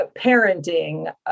parenting